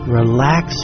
Relax